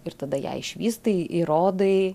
ir tada ją išvystai įrodai